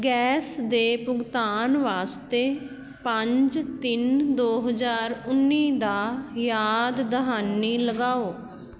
gas ਦੇ ਭੁਗਤਾਨ ਵਾਸਤੇ ਪੰਜ ਤਿੰਨ ਦੋ ਹਜ਼ਾਰ ਉੱਨੀ ਦਾ ਯਾਦ ਦਹਾਨੀ ਲਗਾਓ